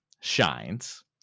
shines